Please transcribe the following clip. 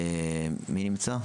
מי נמצא?